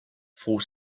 for